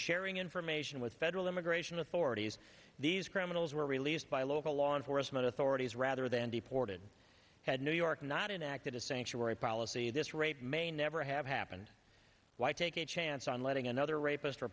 sharing information with federal immigration authorities these criminals were released by local law enforcement authorities rather than deported had new york not enacted a sanctuary policy this raid may never have happened why take a chance on letting another rapist or